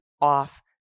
off